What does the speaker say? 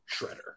Shredder